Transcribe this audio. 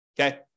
okay